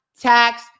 tax